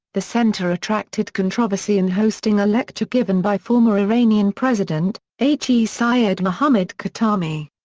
the centre attracted controversy in hosting a lecture given by former iranian president, h. e. sayed mohammed khatami.